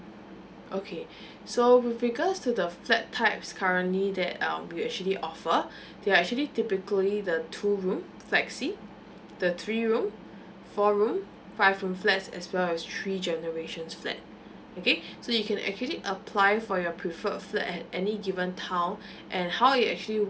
okay so with regards to the flat types currently that um we actually offer they are actually typically the two room flexi the three room four room five room flats as well as three generations flat okay so you can actually apply for your preferred flat at any given town and how it actually